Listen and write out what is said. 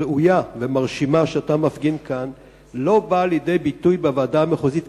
ראויה ומרשימה שאתה מפגין כאן לא באה לידי ביטוי בוועדה המחוזית,